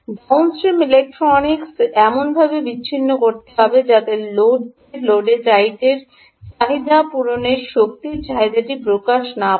down stream ইলেক্ট্রনিক্সকে এমনভাবে বিচ্ছিন্ন করতে হবে যাতে লোডের লোড রাইটের চাহিদা পূরণের শক্তি চাহিদাটি প্রকাশ না পায়